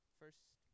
first